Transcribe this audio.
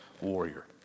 warrior